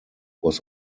was